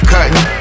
Cutting